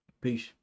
Peace